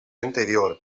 interior